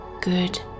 good